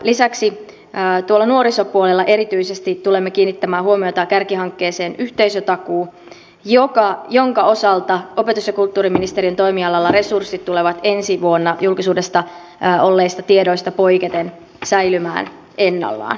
lisäksi nuorisopuolella erityisesti tulemme kiinnittämään huomiota kärkihankkeeseen yhteisötakuu jonka osalta opetus ja kulttuuriministeriön toimialalla resurssit tulevat ensi vuonna julkisuudessa olleista tiedoista poiketen säilymään ennallaan